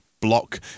block